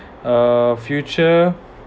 uh future